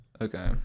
Okay